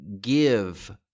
give